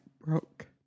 broke